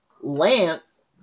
Lance